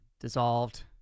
dissolved